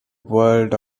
world